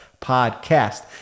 podcast